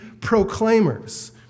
proclaimers